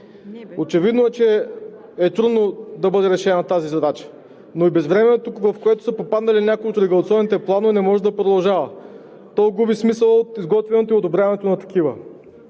Очевидно е, че е трудно да бъде решена тази задача, но и безвремието, в което са попаднали някои от регулационните планове, не може да продължава, то губи смисъл от изготвянето и одобряването на такива.